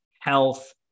health